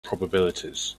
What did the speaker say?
probabilities